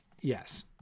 yes